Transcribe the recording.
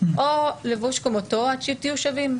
או לבוש כמותו עד שתהיו שווים,